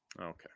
Okay